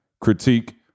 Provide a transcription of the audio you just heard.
critique